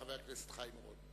חבר הכנסת חיים אורון.